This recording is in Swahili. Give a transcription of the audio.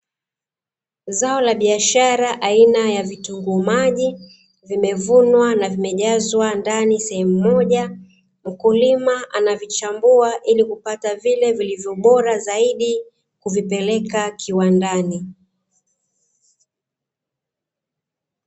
Zao la biashara aina ya vitunguu maji vimevunwa na vimejazwa ndani sehemu moja, mkulima anavichambua ili kupata vile vilivyobora zaidi kuvipeleka kiwandani.